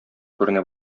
күренә